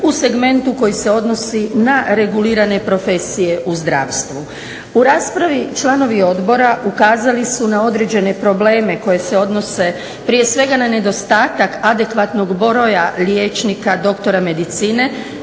u segmentu koji se odnosi na regulirane profesije u zdravstvu. U raspravi članovi odbora ukazali su na određene probleme koji se odnose prije svega na nedostatak adekvatnog broja liječnika doktora medicine,